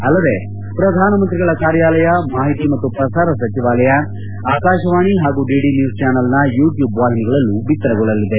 ಅಲ್ಲದೆ ಪ್ರಧಾನಮಂತ್ರಿಗಳ ಕಾರ್ಯಾಲಯ ಮಾಹಿತಿ ಮತ್ತು ಪ್ರಸಾರ ಸಚಿವಾಲಯ ಆಕಾಶವಾಣಿ ಹಾಗೂ ಡಿಡಿ ನ್ನೂಸ್ ಚಾನಲ್ ನ ಯೂ ಟ್ನೂಬ್ ವಾಹಿನಿಗಳಲ್ಲೂ ಬಿತ್ಕರಗೊಳ್ಳಲಿದೆ